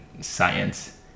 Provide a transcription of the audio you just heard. science